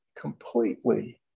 completely